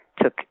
took